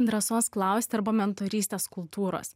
drąsos klausti arba mentorystę skulptūros